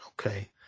okay